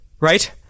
Right